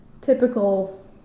typical